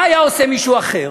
מה היה עושה מישהו אחר